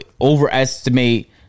overestimate